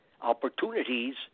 opportunities